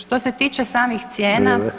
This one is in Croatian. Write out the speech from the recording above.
Što se tiče samih cijena